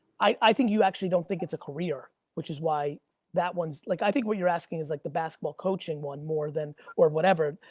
i think you actually don't think it's a career, which is why that one's like i think what you're asking is like, the basketball coaching one more than or whatever,